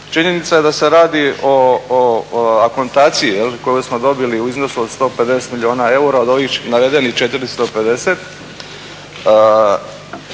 činjenica je da se radi o akontaciji koju smo dobili u iznosu od 150 milijuna eura od ovih navedenih 450.